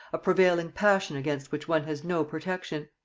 a prevailing passion against, which one has no protection.